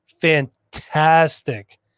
fantastic